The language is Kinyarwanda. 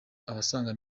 abasaga